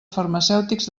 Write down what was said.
farmacèutics